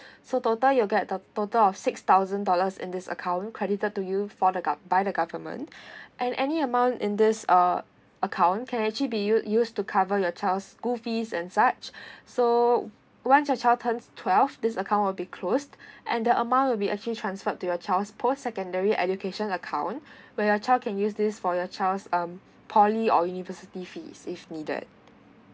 so total you get the total of six thousand dollars in this account credited to you for the gov~ by the government and any amount in this uh account can actually be used used to cover your child school fees and such so once your child turns twelve this account will be closed and the amount will be actually transferred to your child's post secondary education account where your child can use thisfor your child's um poly or university fee if needed